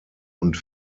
und